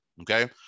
okay